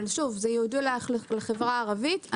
אבל שוב זה ייעודי לחברה הערבית.